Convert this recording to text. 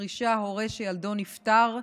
(הורה שילדו נפטר)